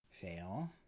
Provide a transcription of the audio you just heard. fail